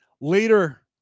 Later